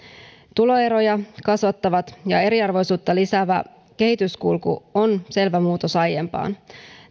tuloeroja kasvattava ja eriarvoisuutta lisäävä kehityskulku on selvä muutos aiempaan